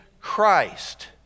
Christ